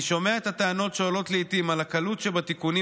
אני שומע את הטענות שעולות לעיתים על הקלות שבתיקונים